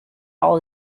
all